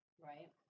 right